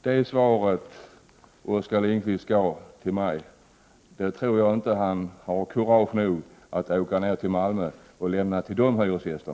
Det svar som Oskar Lindkvist gav till mig tror jag inte att han har kurage nog att åka ner till Malmö och lämna till dessa hyresgäster.